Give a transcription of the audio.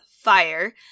fire